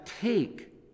take